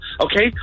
okay